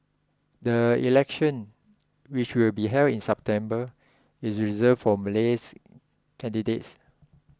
the election which will be held in September is reserved for Malays candidates